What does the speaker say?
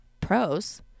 pros